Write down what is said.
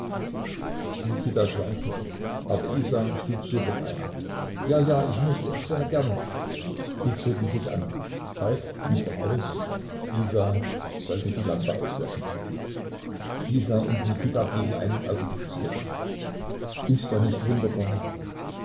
mikita schwankte aber isa schlug sofort ein ja ja ich möchte es sehr gern sie zogen sich an falk ging voraus isa sollte die lampe auslöschen isa und mikita blieben einen augenblick zurück ist er nicht wunderbar